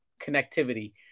connectivity